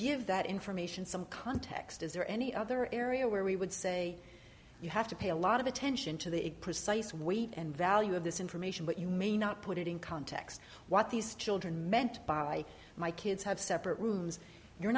give that information some context is there any other area where we would say you have to pay a lot of attention to the it precise weight and value of this information what you may not put it in context what these children meant by my kids have separate rooms you're